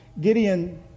Gideon